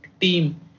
team